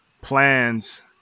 plans